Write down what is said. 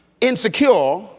insecure